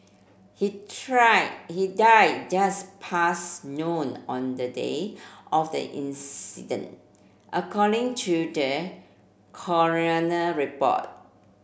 he try he died just past noon on the day of the incident according to the coroner report